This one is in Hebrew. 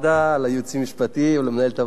לייעוץ המשפטי ולמנהלת הוועדה.